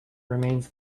remains